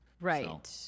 right